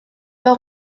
pas